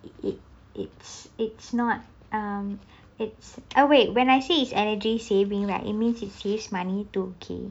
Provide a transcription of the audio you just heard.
it it it's it's not um it's or wait when I say energy saving right it saves money too okay